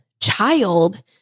child